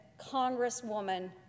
Congresswoman